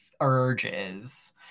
urges